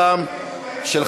בעד.